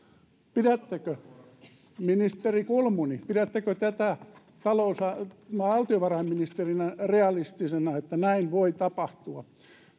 ministeri kulmuni pidättekö valtiovarainministerinä realistisena että näin voi tapahtua